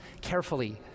carefully